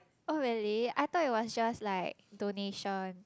oh really I thought it was just like donation